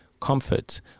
comfort